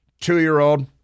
two-year-old